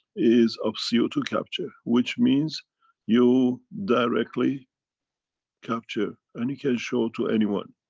is of c o two capture. which means you directly capture and you can show to anyone.